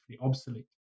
obsolete